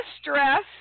stress